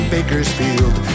Bakersfield